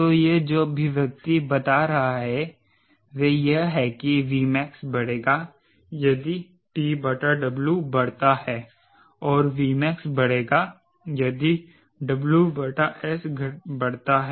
तो यह जो अभिव्यक्ति बता रहा है वह यह है कि Vmax बढ़ेगा यदि TW बढ़ता है और Vmax बढ़ेगा यदि WS बढ़ता है